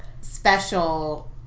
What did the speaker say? special